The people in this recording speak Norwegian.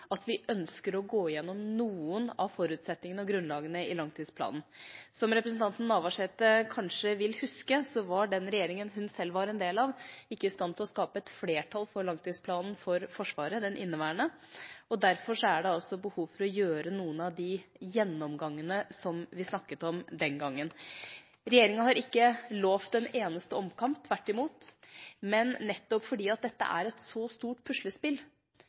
at vi ønsker å gå igjennom noen av forutsetningene og grunnlagene i langtidsplanen. Som representanten Navarsete kanskje vil huske, var den regjeringa hun selv var del av, ikke i stand til å skape et flertall for langtidsplanen for Forsvaret – den inneværende – og derfor er det behov for å gjøre noen av de gjennomgangene som vi snakket om den gangen. Regjeringa har ikke lovt en eneste omkamp, tvert imot, men nettopp fordi dette er et så stort puslespill,